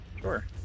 Sure